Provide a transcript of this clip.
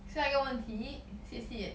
下一个问题谢谢